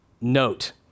note